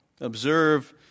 Observe